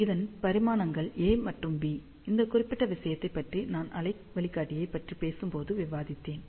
இதன் பரிமாணங்கள் a மற்றும் b இந்த குறிப்பிட்ட விஷயத்தைப் பற்றி நான் அலை வழிகாட்டியைப் பற்றி பேசியபோது விவாதித்தேன்